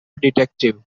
detective